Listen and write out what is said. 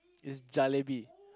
it's jalebi